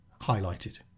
highlighted